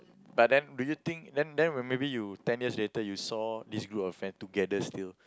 but then do you think then then when maybe you ten years later you saw this group of friends together still